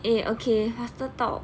eh okay faster talk